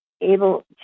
able